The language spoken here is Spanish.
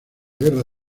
guerra